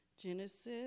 Genesis